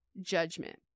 judgment